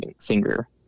finger